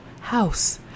house